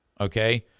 Okay